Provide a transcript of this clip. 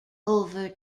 over